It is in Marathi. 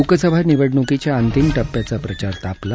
लोकसभा निवडणुकीच्या अंतिम टप्प्याचा प्रचार तापला